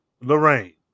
Lorraine